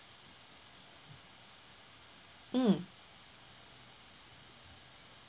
um